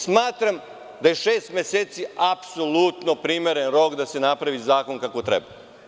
Smatram da je šest meseci apsolutno primeren rok da se napravi zakon kako treba.